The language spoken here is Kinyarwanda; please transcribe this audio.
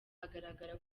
agaragara